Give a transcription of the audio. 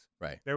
Right